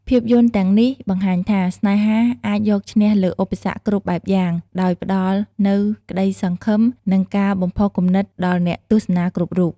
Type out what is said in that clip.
ភាពយន្តទាំងនេះបង្ហាញថា ស្នេហាអាចយកឈ្នះលើឧបសគ្គគ្រប់បែបយ៉ាង ដោយផ្តល់នូវក្តីសង្ឃឹម និងការបំផុសគំនិតដល់អ្នកទស្សនាគ្រប់រូប។